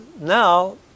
now